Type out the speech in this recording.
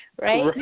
right